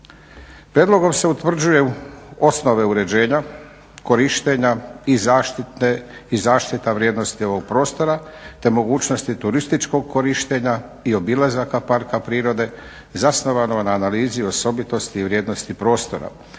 Prijedlogom se utvrđuju osnove uređenja, korištenja i zaštita vrijednosti ovog prostora te mogućnosti turističkog korištenja i obilazaka parka prirode zasnovanog na analizi osobitosti i vrijednosti prostora,